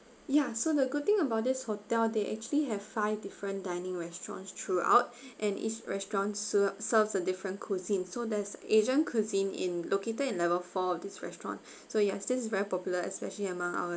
ya so the good thing about this hotel they actually have five different dining restaurants throughout and each restaurants ser~ serves a different cuisine so there's asian cuisine in located in level four of this restaurant so ya it is still very popular especially among our